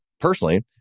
personally